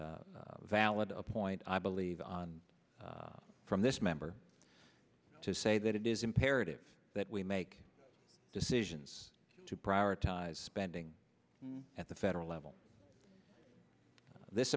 valid a point i believe on from this member to say that it is imperative that we make decisions to prioritize spending at the federal level this